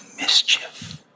mischief